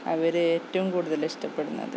അവർ ഏറ്റവും കൂടുതൽ ഇഷ്ടപ്പെടുന്നത്